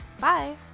Bye